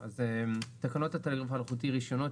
תקנות הטלגרף האלחוטי (רישיונות,